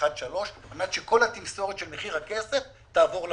1.3% כדי שכל התמסורת של מחיר הכסף תעבור ללקוחות.